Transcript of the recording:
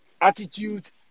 attitudes